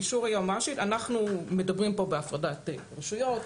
אישור היועמ"שית, אנחנו מדברים פה בהפרדת רשויות.